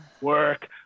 work